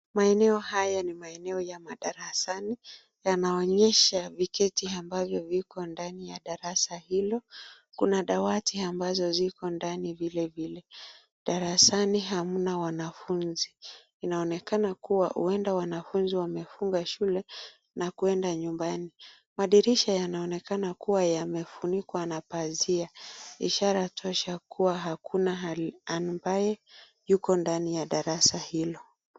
Maeneo haya ni maeneo ya madarasani, yanaonesha viketi ambavyo viko ndani ya darasa. Kuna dawati ambazi ziko ndani vilevile, darasani hamna wanafunzi Inaonekana kuwa huenda wanafunzi wamefunga shule na kuenda nyumbani. Madirisha yanaonekana kuwa yamefunikwa na pazia. Ishara tosha kua hakuna ambaye yuko ndani ya darasa hilo.